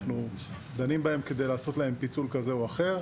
אנחנו דנים בהם כדי לעשות להם פיצול כזה או אחר.